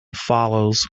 follows